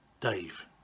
Dave